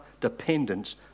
dependence